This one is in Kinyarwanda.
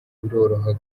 biroroha